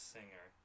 Singer